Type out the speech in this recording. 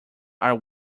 are